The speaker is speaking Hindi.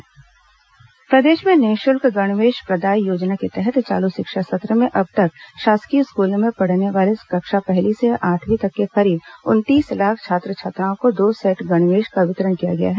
स्कूल गणवेश वितरण प्रदेश में निःशुल्क गणवेश प्रदाय योजना के तहत चालू शिक्षा सत्र में अब तक शासकीय स्कूलों में पढ़ने वाले कक्षा पहली से आठवीं तक के करीब उनतीस लाख छात्र छात्राओं को दो सेट गणवेश का वितरण किया गया है